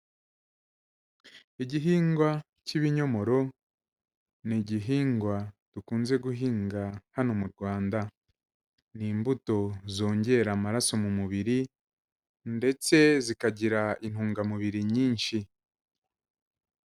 Igihingwa cy'ibinyomoro ni igihingwa dukunze guhinga hano mu Rwanda, ni imbuto zongera amaraso mu mubiri ndetse zikagira intungamubiri nyinshi.